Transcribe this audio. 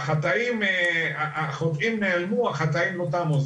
החוטאים נעלמו, החטאים לא תמו.